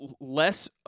less